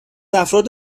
افراد